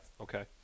Okay